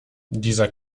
dieser